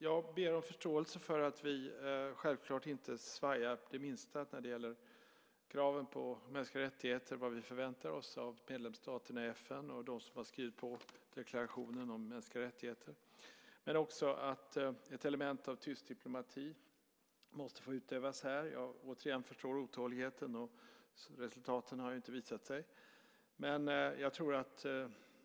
Vi har självklart inte svajat det minsta när det gäller kraven på mänskliga rättigheter och vad vi förväntar oss av medlemsstaterna i FN och av dem som har skrivit på deklarationen om mänskliga rättigheter. Ett element av tyst diplomati måste också få utövas. Återigen: Jag förstår otåligheten, för resultaten har inte visat sig.